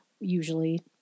usually